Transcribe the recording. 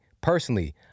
personally